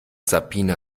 sabine